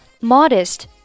Modest